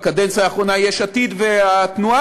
בקדנציה האחרונה יש עתיד והתנועה.